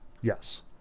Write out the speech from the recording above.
yes